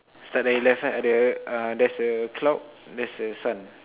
start already left side ah there's a cloud there's a sun